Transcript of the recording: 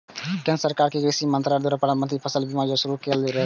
केंद्र सरकार के कृषि मंत्रालय द्वारा प्रधानमंत्री फसल बीमा योजना शुरू कैल गेल छै